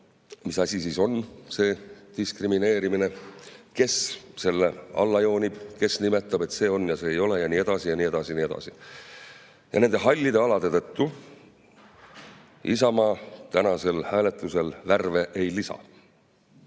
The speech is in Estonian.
mis asi on diskrimineerimine, kes selle alla joonib, kes nimetab, et see on ja see ei ole, jne, jne, jne. Nende hallide alade tõttu Isamaa tänasel hääletusel värve ei lisa.